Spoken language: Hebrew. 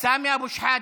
סמי אבו שחאדה,